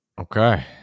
Okay